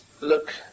look